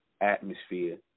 atmosphere